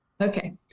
Okay